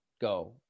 go